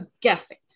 guessing